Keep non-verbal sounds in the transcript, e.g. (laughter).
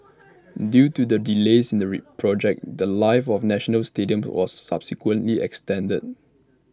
(noise) due to the delays in the (unintelligible) project The Life of national stadium was subsequently extended